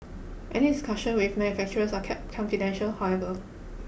any discussions with manufacturers are kept confidential however